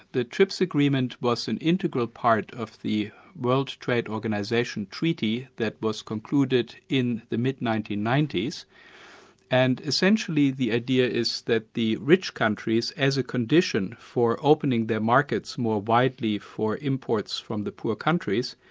the trips agreement was an integral part of the world trade organisation treaty that was concluded in the mid nineteen ninety s and essentially the idea is that the rich countries, as a condition for opening their markets more widely for imports from the poor countries,